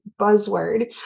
buzzword